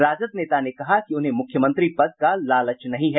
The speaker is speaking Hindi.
राजद नेता ने कहा कि उन्हें मुख्यमंत्री पद का लालच नहीं है